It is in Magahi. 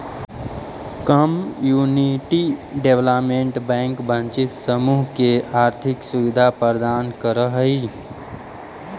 कम्युनिटी डेवलपमेंट बैंक वंचित समूह के आर्थिक सुविधा प्रदान करऽ हइ